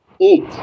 eat